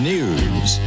News